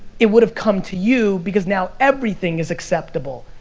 it would've come to you, because now everything is acceptable.